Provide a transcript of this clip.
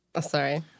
sorry